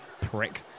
prick